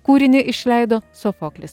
kūrinį išleido sofoklis